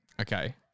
okay